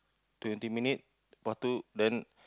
twenty minute for two then